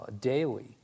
daily